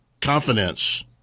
confidence